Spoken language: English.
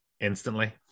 instantly